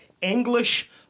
English